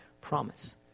promise